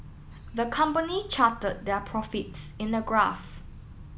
the company charted their profits in a graph